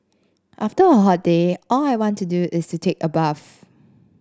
after a hot day all I want to do is to take a bath